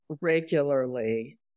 regularly